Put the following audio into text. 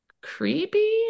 creepy